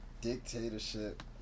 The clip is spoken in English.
dictatorship